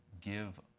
give